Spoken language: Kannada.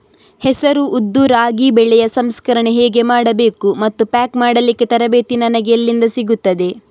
ಹೆಸರು, ಉದ್ದು, ರಾಗಿ ಬೆಳೆಯ ಸಂಸ್ಕರಣೆ ಹೇಗೆ ಮಾಡಬೇಕು ಮತ್ತು ಪ್ಯಾಕ್ ಮಾಡಲಿಕ್ಕೆ ತರಬೇತಿ ನನಗೆ ಎಲ್ಲಿಂದ ಸಿಗುತ್ತದೆ?